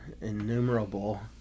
innumerable